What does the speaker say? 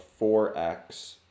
4x